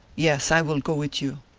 yes, i will go with you.